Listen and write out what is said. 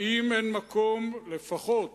האם אין מקום, לפחות